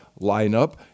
lineup